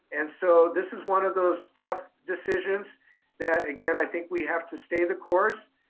and so this is one of those tough decisions that again i think we have to stay the course,